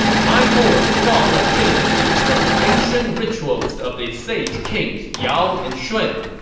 my lords draw legitimacy from the ancient rituals of the sage kings yao and shun.